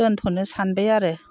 दोनथ'नो सानबाय आरो